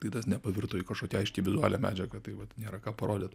tai tas nepavirto į kažkokią aiškiai vizualią medžiagą tai vat nėra ką parodyt